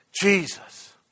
Jesus